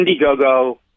Indiegogo